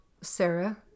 Sarah